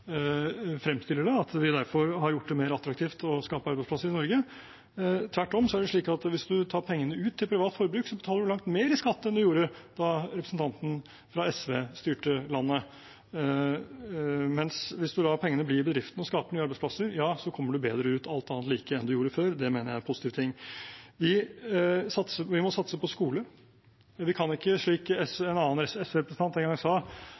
fremstiller det, at vi har gjort det mer attraktivt å skape arbeidsplasser i Norge. Tvert imot: Hvis man tar pengene ut til privat forbruk, betaler man langt mer i skatt enn man gjorde da representanten fra SV styrte landet, mens hvis man lar pengene bli i bedriftene og skaper nye arbeidsplasser, kommer man bedre ut enn man gjorde før. Det mener jeg er en positiv ting. Vi må satse på skole. Vi kan ikke risikere å få en skole der det er viktig å kunne gangetabellen, sa